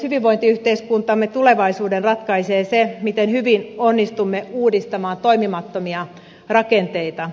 hyvinvointiyhteiskuntamme tulevaisuuden ratkaisee se miten hyvin onnistumme uudistamaan toimimattomia rakenteita